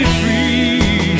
free